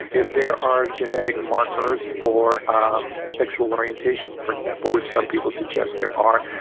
if there are genetic markers for um a sexual orientation, for example, which some people suggest there are,